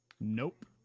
Nope